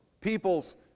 People's